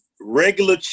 Regular